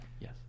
yes